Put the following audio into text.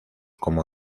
como